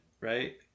right